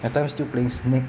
that time still playing snake